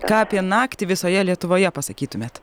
ką apie naktį visoje lietuvoje pasakytumėt